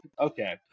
Okay